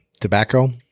tobacco